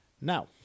Now